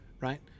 Right